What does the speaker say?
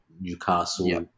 Newcastle